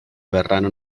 verranno